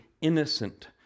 innocent